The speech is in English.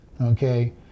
Okay